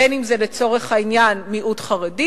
אם לצורך העניין זה מיעוט חרדי